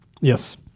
Yes